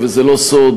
וזה לא סוד,